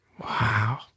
wow